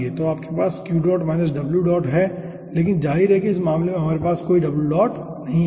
तो आपके पास है लेकिन जाहिर है इस मामले में हमारे पास कोई नहीं है